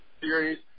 series